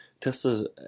Tesla